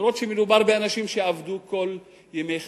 למרות שמדובר באנשים שעבדו כל ימי חייהם.